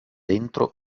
dentro